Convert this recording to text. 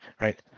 right